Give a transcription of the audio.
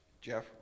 Jeff